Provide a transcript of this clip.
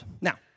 Now